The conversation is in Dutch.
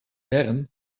bern